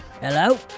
Hello